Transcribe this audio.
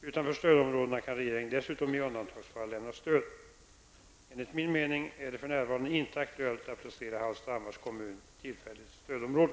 Utanför stödområdena kan regeringen dessutom i undantagsfall lämna stöd. Enligt min mening är det för närvarande inte aktuellt att placera Hallstahammars kommun i tillfälligt stödområde.